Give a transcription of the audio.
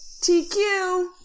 TQ